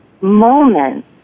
moment